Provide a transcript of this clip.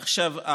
עכשיו,